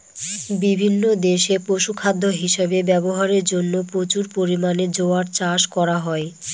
বিভিন্ন দেশে পশুখাদ্য হিসাবে ব্যবহারের জন্য প্রচুর পরিমাণে জোয়ার চাষ করা হয়